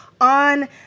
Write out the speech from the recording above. on